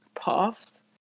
paths